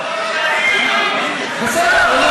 שלוש שנים אני